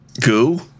Goo